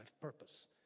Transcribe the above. purpose